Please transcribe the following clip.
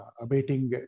abating